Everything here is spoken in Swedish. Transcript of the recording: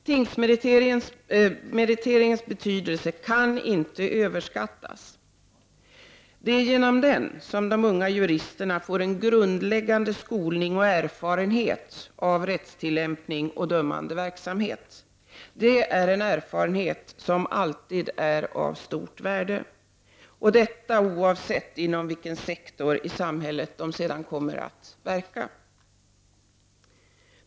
Tingsmeriteringens betydelse kan inte överskattas. Det är genom den som de unga juristerna får en grundläggande skolning och erfarenhet av rättstilllämpning och dömande verksamhet. Det är en erfarenhet som alltid är av stort värde — oavsett inom vilken sektor i samhället de senare kommer att verka.